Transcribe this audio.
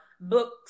books